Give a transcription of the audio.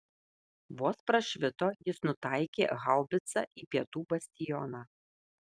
vos prašvito jis nutaikė haubicą į pietų bastioną